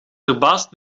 verbaast